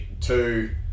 two